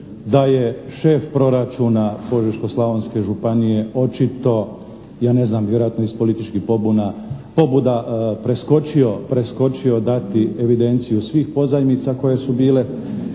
da je šef proračuna Požeško-slavonske županije očito, ja neznam vjerojatno iz političkih pobuda preskočio dati evidenciju svih pozajmica koje su bile,